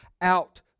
out